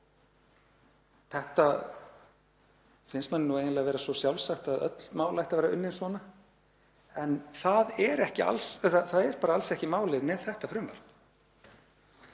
Þetta finnst manni eiginlega vera svo sjálfsagt að öll mál ættu að vera unnin svona. En það er bara alls ekki málið með þetta frumvarp.